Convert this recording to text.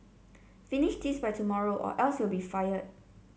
finish this by tomorrow or else you'll be fired